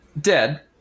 dead